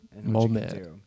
moment